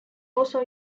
also